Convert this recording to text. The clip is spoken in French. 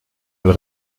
elle